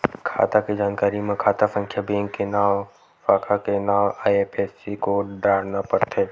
खाता के जानकारी म खाता संख्या, बेंक के नांव, साखा के नांव, आई.एफ.एस.सी कोड डारना परथे